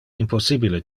impossibile